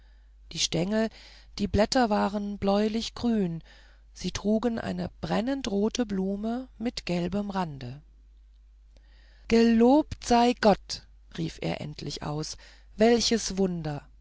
die stengel die blätter waren bläulichgrün sie trugen eine brennend rote blume mit gelbem rande gelobt sei gott rief er endlich aus welches wunder